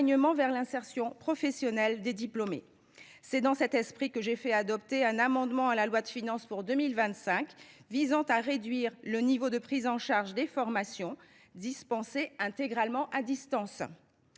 vers l’insertion professionnelle des diplômés. C’est dans cet esprit que j’ai fait adopter un amendement à la loi de finances pour 2025 visant à réduire le niveau de prise en charge des formations dispensées intégralement à distance.